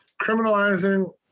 criminalizing